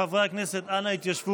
חברי הכנסת, אנא התיישבו